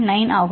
9 ஆகும்